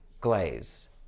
Glaze